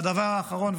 והדבר האחרון,